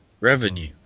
revenue